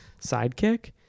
sidekick